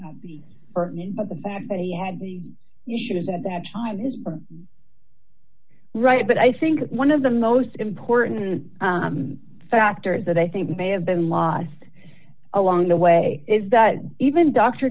pertinent but the fact that he had the issues at that time is right but i think one of the most important factors that i think may have been lost along the way is that even d